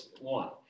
one